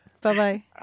Bye-bye